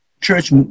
Church